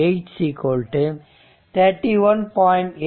5 8 31